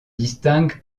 distingue